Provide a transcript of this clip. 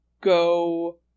go